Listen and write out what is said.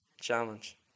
challenge